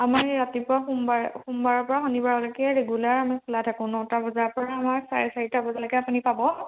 আমি ৰাতিপুৱা সোমবাৰে সোমবাৰৰ পৰা শনিবাৰলৈকে ৰেগুলাৰ আমি খোলা থাকোঁ নটা বজাৰ পৰা আমাৰ চাৰে চাৰিটা বজালৈকে আপুনি পাব